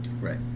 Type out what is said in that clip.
Right